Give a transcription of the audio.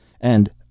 and—